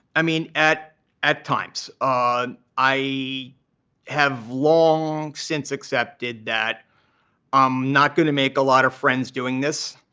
i mean, at at times. um i have long since accepted that i'm not going to make a lot of friends doing this,